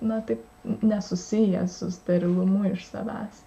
na tai nesusiję su sterilumu iš savęs